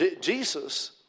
Jesus